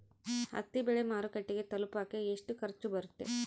ಹತ್ತಿ ಬೆಳೆ ಮಾರುಕಟ್ಟೆಗೆ ತಲುಪಕೆ ಎಷ್ಟು ಖರ್ಚು ಬರುತ್ತೆ?